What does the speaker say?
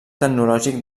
tecnològic